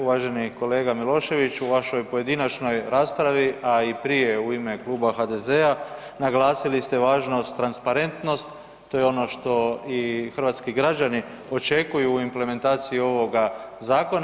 Uvaženi kolega Milošević u vašoj pojedinačnoj raspravi, a i prije u ime Kluba HDZ-a naglasili ste važnost transparentnost, to je ono što i hrvatski građani očekuju u implementaciji ovoga zakona.